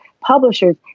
publishers